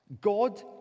God